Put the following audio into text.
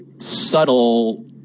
Subtle